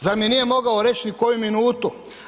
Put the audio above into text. Zar mi nije mogao reći ni koju minutu?